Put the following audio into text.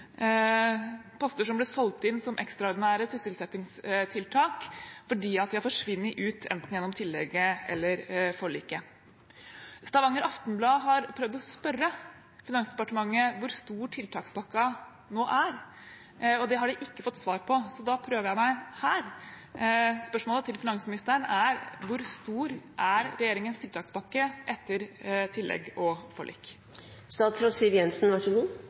poster som ble solgt inn som ekstraordinære sysselsettingstiltak – fordi de har forsvunnet ut, enten gjennom tillegget eller forliket. Stavanger Aftenblad har prøvd å spørre Finansdepartementet om hvor stor tiltakspakken nå er, og det har de ikke fått svar på. Derfor prøver jeg meg her. Spørsmålet til finansministeren er: Hvor stor er regjeringens tiltakspakke etter tillegg og